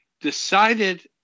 decided